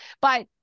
but-